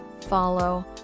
follow